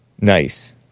Nice